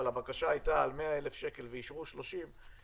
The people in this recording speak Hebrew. אבל הבקשה הייתה על 100,000 שקל ואישרו 30,000,